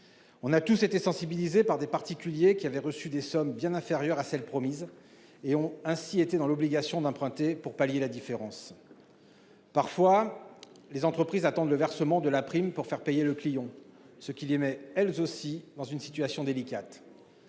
avons tous été sensibilisés par des particuliers qui avaient reçu des sommes bien inférieures à celles qui leur avaient été promises, et ont ainsi été dans l'obligation d'emprunter pour compenser la différence. Enfin, les entreprises attendent parfois le versement de la prime pour faire payer le client, ce qui les met, elles aussi, dans une situation délicate.